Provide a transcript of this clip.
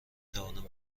توانم